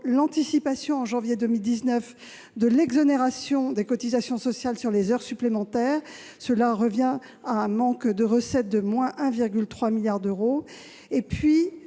l'anticipation, en janvier 2019, de l'exonération des cotisations sociales sur les heures supplémentaires représente un manque de 1,3 milliard d'euros